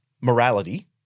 morality